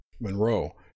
Monroe